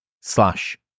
slash